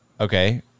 Okay